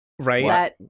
Right